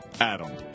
Adam